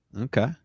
Okay